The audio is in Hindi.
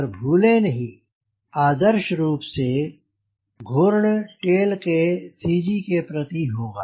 पर भूले नहीं पी आदर्श रूप से घूर्ण टेल के सी जी के प्रति होगा